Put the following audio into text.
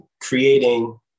creating